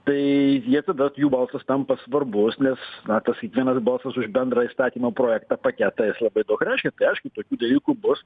tai jie tada jų balsas tampa svarbus nes na tas kiekvienas balsas už bendrą įstatymo projektą paketą jis labai daug reiškia aišku tokių dalykų bus